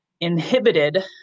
inhibited